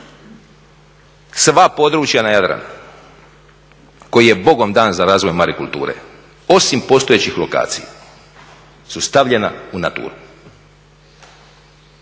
sva područja na Jadranu koji bi Bogom dan za razvoj marikulture osim postojećih lokacija su stavljena u Natura-u,